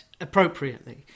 appropriately